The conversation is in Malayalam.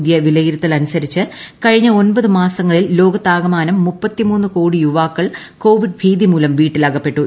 പുതിയ വിലയിരുത്തൽ അനുസരിച്ച് കഴിഞ്ഞ ഒൻപത് മാസങ്ങളിൽ ലോകത്താകമാനം ദേ കോടി യുവാക്കൾ കോവിഡ് ഭീതിമൂലം വീട്ടിൽ അകപ്പെട്ടു